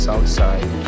outside